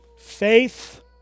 Faith